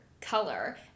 color